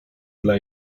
dla